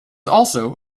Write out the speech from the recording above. also